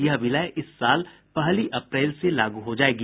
यह विलय इस साल पहली अप्रैल से लागू हो जाएगी